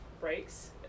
breaks